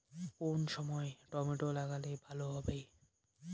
কোন সময় টমেটো লাগালে ভালো হবে?